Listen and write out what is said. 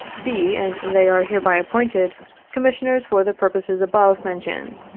be and they are hereby appointed commissioners for the purposes above men tioned,